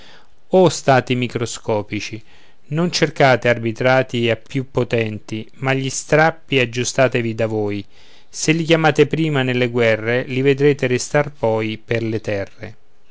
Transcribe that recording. o stati microscopici non cercate arbitrati ai più potenti ma gli strappi aggiustatevi da voi se li chiamate prima nelle guerre li vedrete restar poi per le terre